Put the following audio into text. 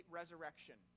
resurrection